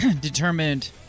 determined